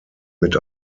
mit